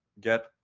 get